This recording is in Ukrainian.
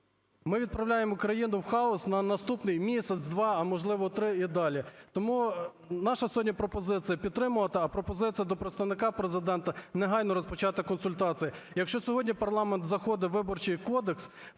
Ми відправляємо країну в хаос на наступний місяць-два, а, можливо, три і далі. Тому наша сьогодні пропозиція – підтримувати, а пропозиція до представника Президента – негайно розпочати консультації. Якщо сьогодні парламент заходить у Виборчий кодекс,